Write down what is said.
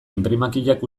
inprimakiak